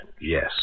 Yes